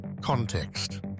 context